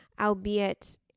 albeit